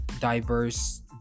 diverse